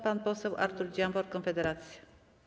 Pan poseł Artur Dziambor, Konfederacja.